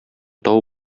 тау